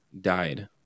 died